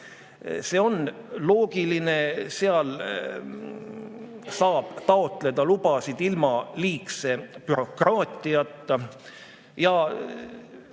See on loogiline. Seal saab taotleda lubasid ilma liigse bürokraatiata.